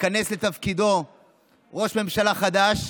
ייכנס לתפקידו ראש ממשלה חדש,